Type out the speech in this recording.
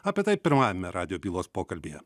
apie tai pirmajame radijo pylos pokalbyje